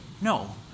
no